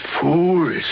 fools